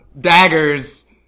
daggers